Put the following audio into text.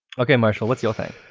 okay marshall, what's your thing?